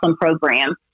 program